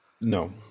No